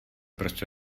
prostě